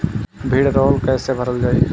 भीडरौल कैसे भरल जाइ?